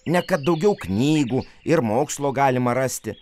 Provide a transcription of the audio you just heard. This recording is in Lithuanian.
ne kad daugiau knygų ir mokslo galima rasti